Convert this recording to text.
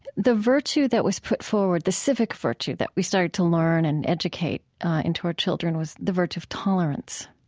the virtue that was put forward the civic virtue that we started to learn and educate into our children was the virtue of tolerance.